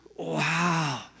Wow